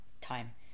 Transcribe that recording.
time